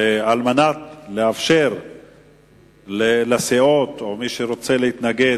ועל מנת לאפשר לסיעות או מי שרוצה להתנגד,